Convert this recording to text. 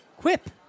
Quip